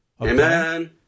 Amen